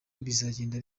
bizagenda